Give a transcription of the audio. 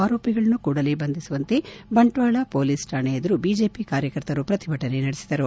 ಆರೋಪಿಗಳನ್ನು ಕೂಡಲೇ ಬಂಧಿಸಿರುವಂತೆ ಬಂಟ್ವಾಳ ಪೊಲೀಸ್ ಕಾಣೆ ಎದುರು ಬಿಜೆಪಿ ಕಾರ್ಯಕರ್ತರು ಪ್ರತಿಭಟನೆ ನಡೆಸಿದರು